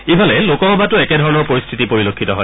ইফালে লোকসাভতো একেধৰণৰ পৰিস্থিতি পৰিলক্ষিত হয়